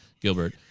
Gilbert